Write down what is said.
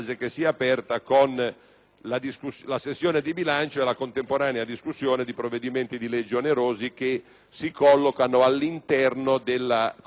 la sessione di bilancio e la contemporanea discussione di provvedimenti di legge onerosi che si collocano all'interno della conversione di decreti-legge.